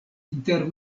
inter